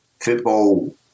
football